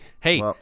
Hey